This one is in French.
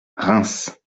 reims